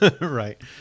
Right